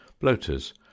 bloaters